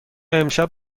امشب